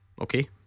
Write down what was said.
Okay